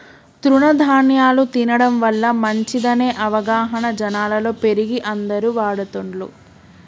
తృణ ధ్యాన్యాలు తినడం వల్ల మంచిదనే అవగాహన జనాలలో పెరిగి అందరు వాడుతున్లు